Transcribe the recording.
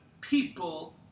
people